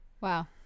Wow